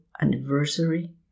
anniversary